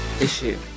issue